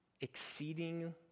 Exceeding